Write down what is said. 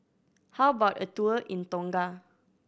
how about a tour in Tonga